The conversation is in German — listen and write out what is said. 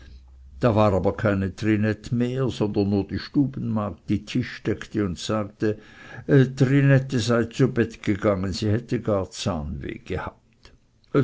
da war aber keine trinette mehr sondern nur die stubenmagd die tisch deckte und sagte trinette sei zu bette gegangen sie hätte gar zahnweh gehabt